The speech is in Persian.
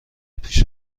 پیش